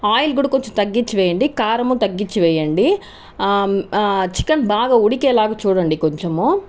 oil కూడా కొద్దిగా తగ్గించి వేయండి కారం తగ్గించి వేయండి చికెన్ బాగా ఉడికే లాగా చూడండి కొంచెము